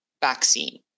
vaccine